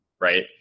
Right